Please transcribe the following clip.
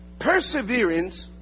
perseverance